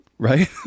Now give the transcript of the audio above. Right